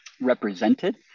represented